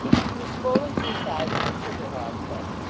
she was swollen to the size of a sugar hogs head,